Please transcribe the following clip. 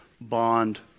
bond